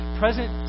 present